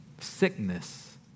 sickness